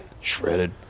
Shredded